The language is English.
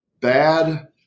bad